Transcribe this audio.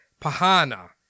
Pahana